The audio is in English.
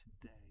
today